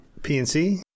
PNC